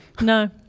No